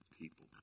people